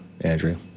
Andrew